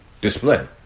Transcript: display